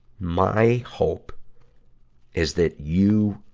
my hope is that you